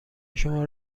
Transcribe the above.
شما